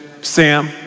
Sam